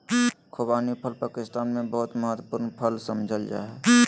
खुबानी फल पाकिस्तान में बहुत महत्वपूर्ण फल समझल जा हइ